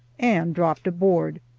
and dropped aboard.